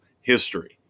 history